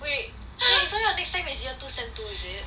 wait is there your next sem is year two sem two is it